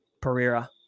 Pereira